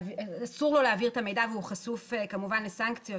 שאסור לו להעביר את המידע והוא חשוף כמובן לסנקציות,